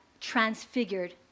transfigured